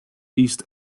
east